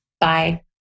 Bye